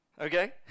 Okay